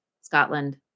Scotland